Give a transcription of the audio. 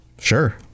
sure